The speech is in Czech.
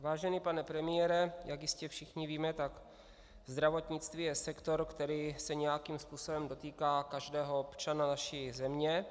Vážený pane premiére, jak jistě všichni víme, tak zdravotnictví je sektor, který se nějakým způsobem dotýká každého občana naší země.